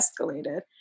escalated